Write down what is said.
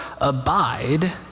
abide